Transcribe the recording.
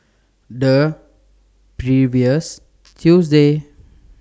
The previous Tuesday